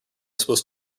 supposed